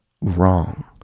wrong